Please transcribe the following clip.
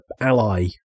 ally